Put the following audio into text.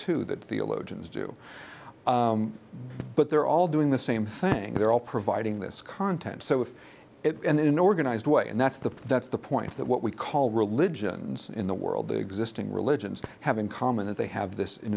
theologians do but they're all doing the same thing they're all providing this content so if it and in an organized way and that's the that's the point that what we call religions in the world existing religions have in common that they have this in